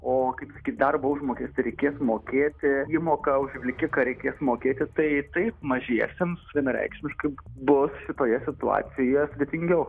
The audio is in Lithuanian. o kaip į darbo užmokestį reikės mokėti įmoką už vilkiką reikės mokėti tai taip mažiesiems vienareikšmiškai bus šitoje situacijoje sudėtingiau